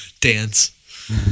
Dance